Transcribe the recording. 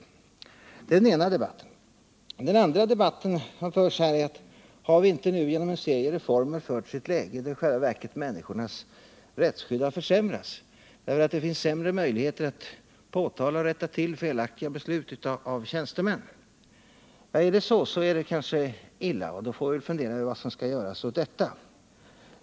Det är den ena debatten. Den andra debatten som förs här gäller frågan om vi inte nu genom en serie reformer i själva verket försämrat människornas rättsskydd därför att det finns sämre möjligheter att påtala och rätta till felaktiga beslut av tjänstemän. Är det så är det kanske illa, och då får vi fundera över vad vi skall göra åt detta.